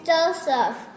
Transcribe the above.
Joseph